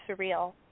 surreal